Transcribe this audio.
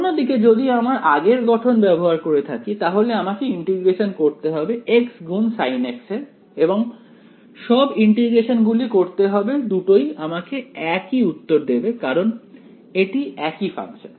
অন্যদিকে যদি আমি আগের গঠন ব্যবহার করে থাকি তাহলে আমাকে ইন্টিগ্রেশন করতে হবে x গুণ sin x এর এবং সব ইন্টিগ্রেশনগুলি করতে হবে দুটোই আমাকে একই উত্তর দেবে কারণ এটি একই ফাংশন